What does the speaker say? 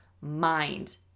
mind